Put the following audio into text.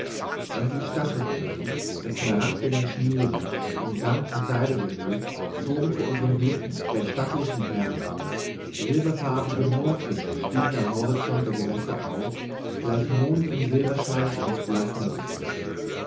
endlich stacheldeckel mit smaragdenen schnüren in sammt und seide gehüllt zogen vor unseren blicken gleich stattlichen herren silberfarbige mondfische stiegen am horizont der gewässer auf gleich monden im silberschein ihres blassen lichtes